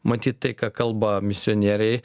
matyt tai ką kalba misionieriai